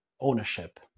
ownership